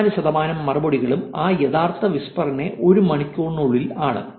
54 ശതമാനം മറുപടികളും ആ യഥാർത്ഥ വിസ്പറിന്റെ ഒരു മണിക്കൂറിനുള്ളിലാണ്